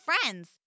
friends